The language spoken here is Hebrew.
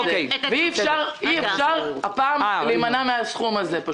אי אפשר הפעם להימנע מהסכום הזה.